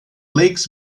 lakes